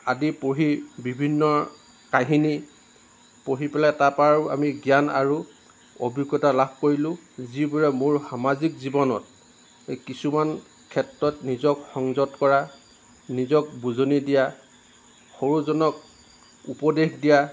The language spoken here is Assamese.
আদি পঢ়ি বিভিন্ন কাহিনী পঢ়ি পেলাই তাৰ পৰা আৰু আমি জ্ঞান আৰু অভিজ্ঞতা লাভ কৰিলোঁ যিবোৰে মোৰ সামাজিক জীৱনত কিছুমান ক্ষেত্ৰত নিজক সংযত কৰা নিজক বুজনি দিয়া সৰুজনক উপদেশ দিয়া